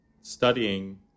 studying